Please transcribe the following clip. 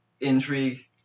intrigue